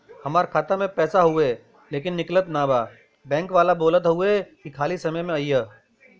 हमार खाता में पैसा हवुवे लेकिन निकलत ना बा बैंक वाला बोलत हऊवे की खाली समय में अईहा